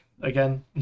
again